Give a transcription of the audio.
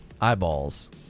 Eyeballs